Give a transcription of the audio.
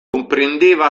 comprendeva